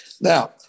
Now